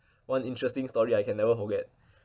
one interesting story I can never forget